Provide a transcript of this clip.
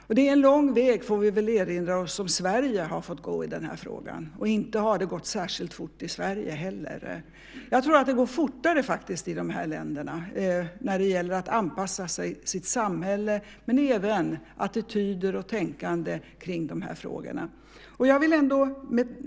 Men det är också en lång väg, får vi väl erinra oss, som Sverige har fått gå i den här frågan, och inte har det gått särskilt fort i Sverige heller. Jag tror att det faktiskt går fortare i de här länderna när det gäller att anpassa sig och sitt samhälle men även attityder och tänkande kring de här frågorna.